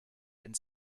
ins